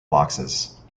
boxes